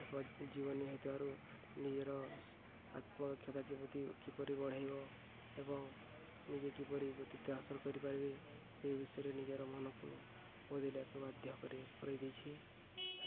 ଏକ ଜୀବନୀ ହେଇଥିବାରୁ ନିଜର ଆତ୍ମଦକ୍ଷତା କିମତି କିପରି ବଢ଼େଇବ ଏବଂ ନିଜେ କିପରି କୃତିତ୍ୱ ହାସଲ କରିପାରିବେ ସେହି ବିଷୟରେ ନିଜର ମନକୁ ବଦିଲାକୁ ବାଧ୍ୟ କରେଇଦେଇଛି